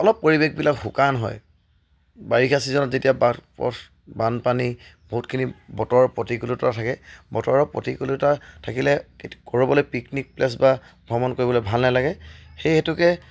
অলপ পৰিৱেশবিলাক শুকান হয় বাৰিষা ছিজনত যেতিয়া বাট পথ বানপানী বহুতখিনি বতৰৰ প্ৰতিকূলতা থাকে বতৰৰ প্ৰতিকূলতা থাকিলে ক'ৰবালৈ পিকনিক প্লেচ বা ভ্ৰমণ কৰিবলৈ ভাল নালাগে সেই হেতুকে